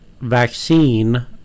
vaccine